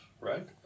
right